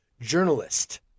journalist